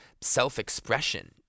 self-expression